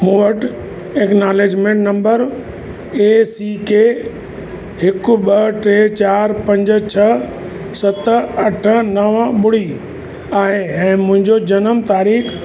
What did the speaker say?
मूं वटि acknowledgement number A C K हिकु ॿ टे चारि पंज छह सत अठ नव ॿुड़ी आहे ऐं मुंहिंजो जनम तारीख़ु